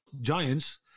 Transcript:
giants